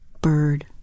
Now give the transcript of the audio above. bird